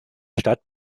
stadt